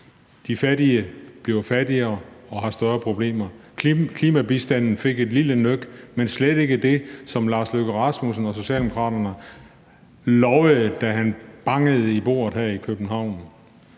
De fattige bliver fattigere og har større problemer. Klimabistanden fik et lille nøk, men slet ikke det, som Lars Løkke Rasmussen og Socialdemokraterne lovede, da han bangede i bordet her i København.